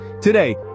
Today